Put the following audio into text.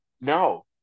No